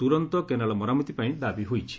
ତୁରନ୍ତ କେନାଲ ମରାମତି ପାଇଁ ଦାବି ହୋଇଛି